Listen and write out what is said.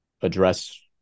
address